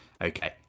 Okay